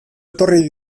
etorri